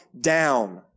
down